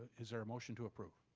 is there a motion to approve?